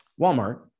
Walmart